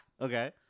okay